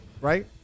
right